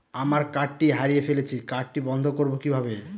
আমার কার্ডটি হারিয়ে ফেলেছি কার্ডটি বন্ধ করব কিভাবে?